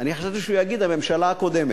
חשבתי שהוא יגיד: הממשלה הקודמת.